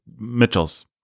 Mitchells